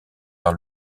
par